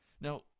Now